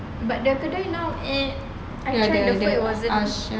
but the today now and